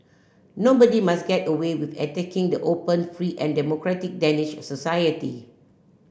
nobody must get away with attacking the open free and democratic Danish society